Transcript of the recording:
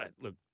look